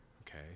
okay